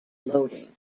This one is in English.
loading